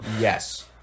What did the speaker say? Yes